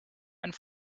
and